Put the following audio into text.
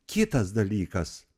kitas dalykas